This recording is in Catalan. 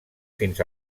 fins